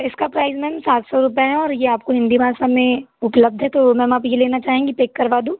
इसका price ma'am सात सौ रुपए है और ये आपको हिंदी भाषा में उपलब्ध है तो मैम आप यह लेना चाहेंगी पैक करवा दूँ